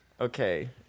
Okay